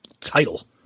title